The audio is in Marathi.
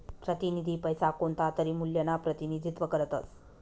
प्रतिनिधी पैसा कोणतातरी मूल्यना प्रतिनिधित्व करतस